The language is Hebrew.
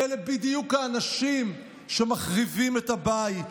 אלה בדיוק האנשים שמחריבים את הבית.